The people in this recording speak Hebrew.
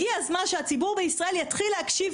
הגיע הזמן שהציבור בישראל יתחיל להקשיב